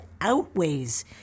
outweighs